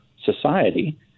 society